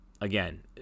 again